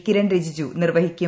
കിരൺ റിജിജു നിർവ്വഹിക്കും